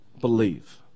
believe